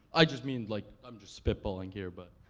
i just mean, like, i'm just spitballing here, but.